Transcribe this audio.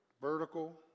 Vertical